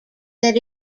that